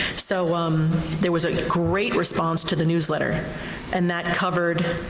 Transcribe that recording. so um there was a great response to the newsletter and that covered,